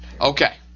Okay